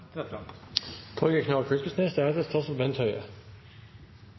Torgeir Knag Fylkesnes